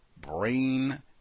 brain